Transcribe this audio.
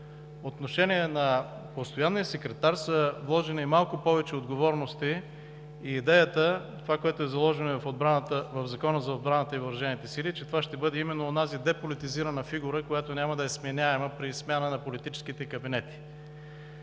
отношение на постоянния секретар са вложени малко повече отговорности и идеята е заложена в Закона за отбраната и въоръжените сили, че това ще бъде именно онази деполитизирана фигура, която няма да е сменяема при смяната на политическите кабинети.